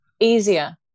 easier